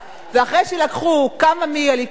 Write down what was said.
ואחרי שלקחו כמה מהליכוד,